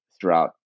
throughout